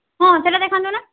ହଁ ସେଇଟା ଦେଖାନ୍ତୁ ନା